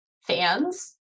fans